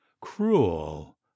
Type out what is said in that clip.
cruel